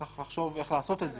צריך לחשוב איך לעשות את זה,